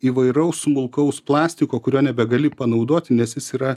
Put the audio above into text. įvairaus smulkaus plastiko kurio nebegali panaudoti nes jis yra